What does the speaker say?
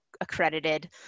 accredited